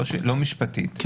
לא משפטית,